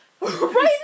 Right